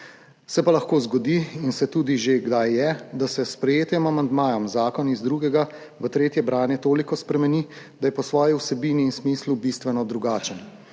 Se pa lahko zgodi in se tudi že kdaj je, da se s sprejetjem amandmaja zakon iz drugega v tretje branje toliko spremeni, da je po svoji vsebini in smislu bistveno drugačen,